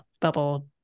bubble